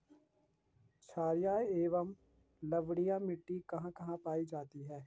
छारीय एवं लवणीय मिट्टी कहां कहां पायी जाती है?